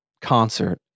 concert